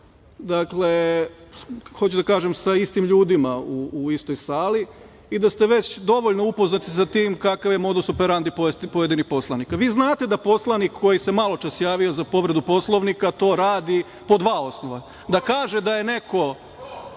hoću da kažem sa istim ljudima u istoj sali i da ste već dovoljno upoznati sa tim kakav je modus operandi pojedinih poslanika. Vi znate da poslanik koji se maločas javio za povredu Poslovnika to radi po dva osnova – da kaže da je